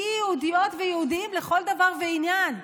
כיהודיות ויהודים לכל דבר ועניין,